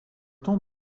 tant